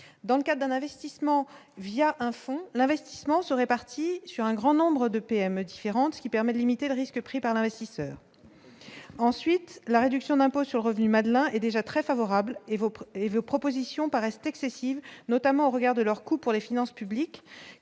dans le cas d'un investissement via un fonds l'investissement se répartit sur un grand nombre de PME différentes, ce qui permet de limiter le risque pris par l'investisseur ensuite la réduction d'impôt sur le revenu, Madelin est déjà très favorable et vos proches et vos propositions paraissent excessives, notamment au regard de leur coût pour les finances publiques